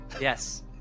Yes